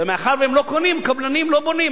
ומאחר שהם לא קונים, קבלנים לא בונים.